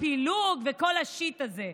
הפילוג וכל השיט הזה,